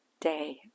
day